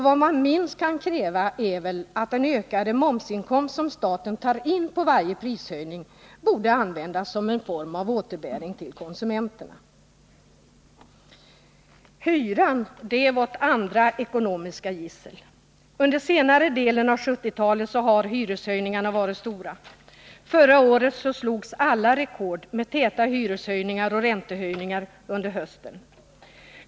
Vad man minst kan kräva är väl att den ökade momsinkomst som staten tar in på varje prishöjning används som en form av återbäring till konsumenterna. Hyran är vårt andra ekonomiska gissel. Under senare delen av 1970-talet har hyreshöjningarna varit stora. Förra året slogs alla rekord med täta hyreshöjningar och räntehöjningar under hösten.